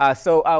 ah so,